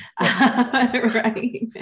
Right